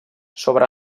sobre